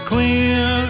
Clear